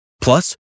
Plus